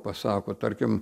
pasako tarkim